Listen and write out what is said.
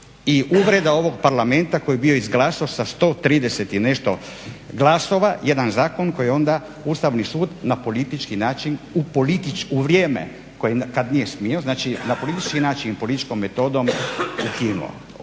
i uvreda ovog parlamenta koji je bio izlagasao sa 130 i nešto glasova jedan zakon koji je onda Ustavni sud na politički način u vrijeme kad nije smio, znači na politički način i političkom metodom ukinuo.